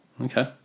Okay